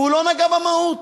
והוא לא נגע במהות.